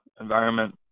environment